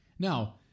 Now